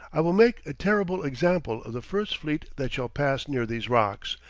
i will make a terrible example of the first fleet that shall pass near these rocks,